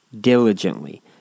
diligently